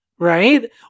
right